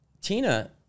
Tina